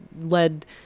led